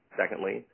secondly